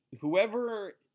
whoever